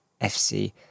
FC